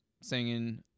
singing